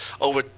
over